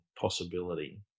possibility